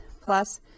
plus